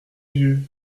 vieux